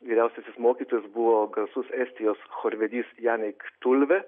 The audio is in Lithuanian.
vyriausiasis mokytojas buvo garsus estijos chorvedys jan eik tulvė